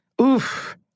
Oof